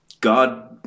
God